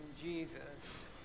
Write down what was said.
Jesus